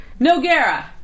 Noguera